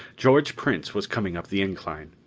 george prince was coming up the incline.